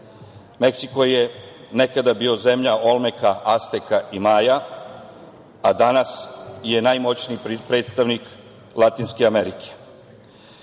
Meksiko je nekada bio zemlja Olmeka, Asteka i Maja, a danas je najmoćniji predstavnik Latinske Amerike.